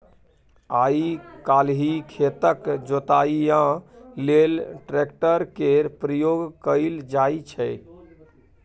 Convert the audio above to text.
आइ काल्हि खेतक जोतइया लेल ट्रैक्टर केर प्रयोग कएल जाइ छै